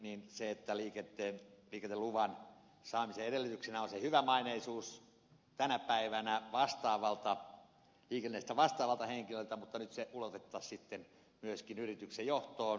niin kuin savola kertoi liikenneluvan saamisen edellytyksenä on hyvämaineisuus tänä päivänä liikenteestä vastaavalta henkilöltä mutta nyt ulotettaisiin myöskin yrityksen johtoon se hyvämaineisuus